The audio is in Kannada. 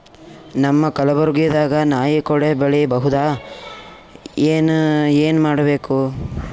ನಮ್ಮ ಕಲಬುರ್ಗಿ ದಾಗ ನಾಯಿ ಕೊಡೆ ಬೆಳಿ ಬಹುದಾ, ಏನ ಏನ್ ಮಾಡಬೇಕು?